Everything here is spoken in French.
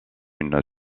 une